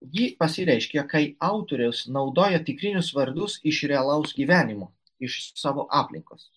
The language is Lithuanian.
ji pasireiškia kai autorius naudoja tikrinius vardus iš realaus gyvenimo iš savo aplinkos